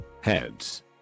Heads